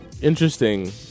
interesting